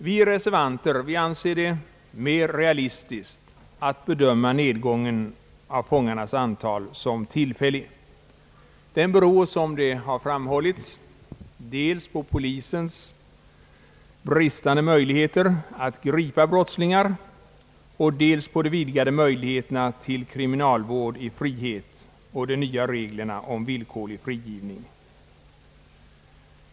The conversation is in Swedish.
Vi reservanter anser att det är mera realistiskt att bedöma nedgången av fångarnas antal som tillfällig. Den beror, som det framhållits, dels på polisens bristande möjlighet att gripa brottslingar, dels på de vidgade möjligheterna till kriminalvård i frihet och de nya reglerna om villkorlig frigivning.